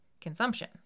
consumption